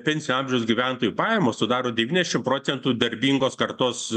pensijų amžiaus gyventojų pajamos sudaro devyniasdešim procentų darbingos kartos